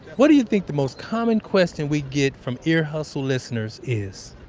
what do you think the most common question we get from ear hustle listeners is?